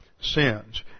sins